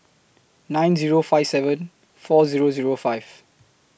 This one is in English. nine Zero five seven four Zero Zero five